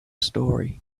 story